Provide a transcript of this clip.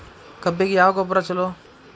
ಕಬ್ಬಿಗ ಯಾವ ಗೊಬ್ಬರ ಛಲೋ?